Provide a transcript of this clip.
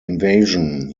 invasion